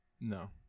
No